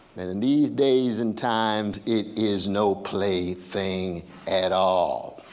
and in these days and times it is no play thing at all,